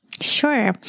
Sure